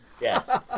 Yes